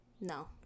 No